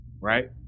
Right